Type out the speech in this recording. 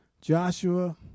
Joshua